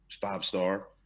five-star